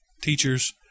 teachers